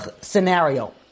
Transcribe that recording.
scenario